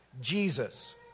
Jesus